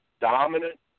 dominant